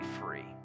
free